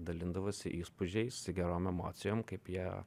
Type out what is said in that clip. dalindavosi įspūdžiais gerom emocijom kaip jie